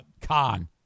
con